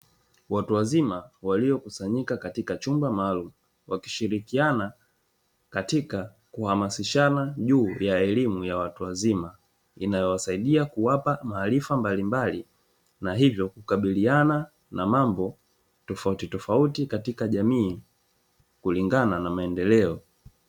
Watu wazima waliokusanyika katika chumba maalumu, wakishirikiana katika kuhamasishana juu ya elimu ya watu wazima, inayowasaidia kuwapa maarifa mbalimbali, na hivyo kukabiliana na mambo tofautitofauti katika jamii kulingana na maendeleo.